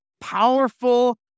powerful